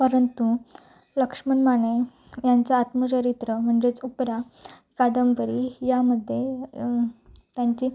परंतु लक्ष्मण माने यांचे आत्मचरित्र म्हणजे उपरा कादंबरी यामध्ये त्यांचे